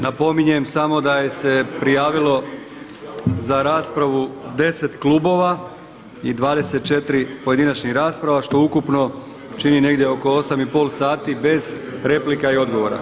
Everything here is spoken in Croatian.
Napominjem samo da se prijavilo za raspravu 10 klubova i 24 pojedinačnih rasprava što ukupno čini negdje oko osam i pol sati bez replika i odgovora.